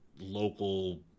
local